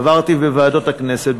עברתי בוועדות הכנסת,